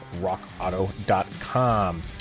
rockauto.com